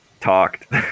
talked